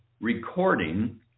recording